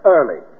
Early